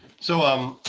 so, um,